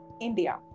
India